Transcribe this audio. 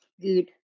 good